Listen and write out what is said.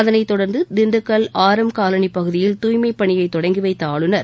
அதனைத் தொடர்ந்து Dindigul R M காலனிப் பகுதியில் தூய்மைப் பணியை தொடங்கி வைத்த ஆளுநர்